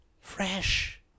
fresh